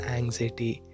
anxiety